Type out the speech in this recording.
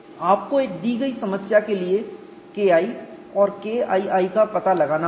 आपको एक दी गई समस्या के लिए KI और KII का पता लगाना होगा